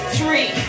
three